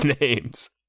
names